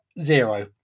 zero